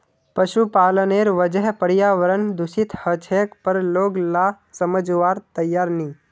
पशुपालनेर वजह पर्यावरण दूषित ह छेक पर लोग ला समझवार तैयार नी